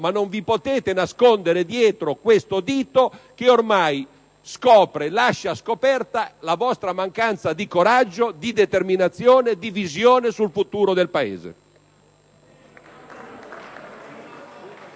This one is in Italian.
ma non potete nascondervi dietro questo dito che ormai lascia scoperta la vostra mancanza di coraggio, di determinazione, di visione sul futuro del Paese.